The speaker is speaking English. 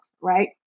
right